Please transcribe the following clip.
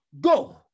Go